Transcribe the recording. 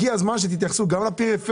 הגיע הזמן שתתייחסו גם לפריפריה,